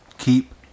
keep